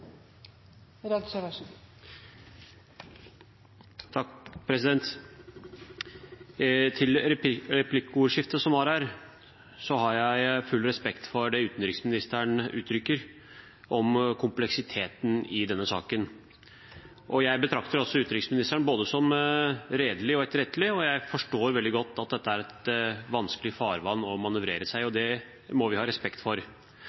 utenriksministeren uttrykker om kompleksiteten i denne saken. Jeg betrakter utenriksministeren både som redelig og etterrettelig, og jeg forstår veldig godt at dette er et vanskelig farvann å manøvrere seg i. Det må vi ha respekt for.